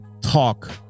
talk